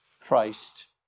Christ